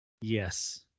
Yes